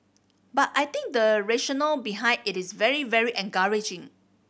but I think the rationale behind it is very very encouraging